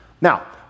Now